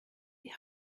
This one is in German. die